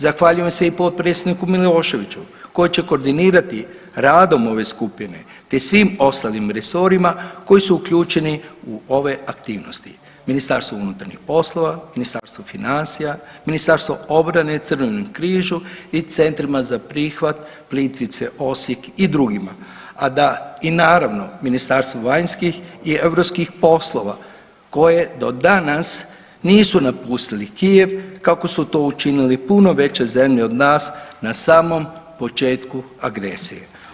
Zahvaljujem se i potpredsjedniku Miloševiću koji će koordinirati radom ove skupine, te svim ostalim resorima koji su uključeni u ove aktivnosti, MUP, Ministarstvo financija, Ministarstvo obrane, Crvenom križu i Centrima za prihvat Plitvice, Osijek i drugima, a da i naravno Ministarstvu vanjskih i europskih poslova koje do danas nisu napustili Kijev kako su to učinile puno veće zemlje od nas na samom početku agresije.